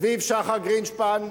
סביב שחר גרינשפן,